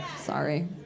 sorry